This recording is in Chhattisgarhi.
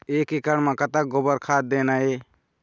एक एकड़ म कतक गोबर खाद देना ये?